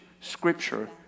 scripture